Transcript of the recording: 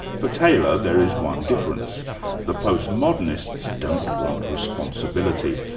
for taylor, there is one difference the postmodernists don't want responsibility,